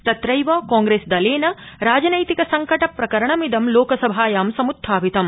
तत्रैव कांग्रेसदलेन राजनैतिक संकट प्रकरणमिदं लोकसभायां सम्त्थापितम्